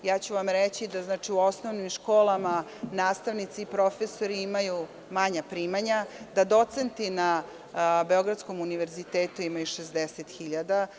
Reći ću vam da u osnovnim školama nastavnici i profesori imaju manja primanja, da docenti na Beogradsko univerzitetu imaju 60.000.